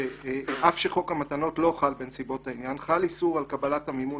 שאף שחוק המתנות לא חל בנסיבות העניין חל איסור על קבלת המימון